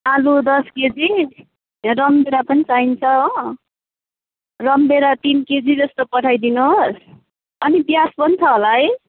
आलु दस केजी रामभेँडा पनि चाहिन्छ हो रामभेँडा तिन केजी जस्तो पठाइदिनुहोस् अनि प्याज पनि छ होला है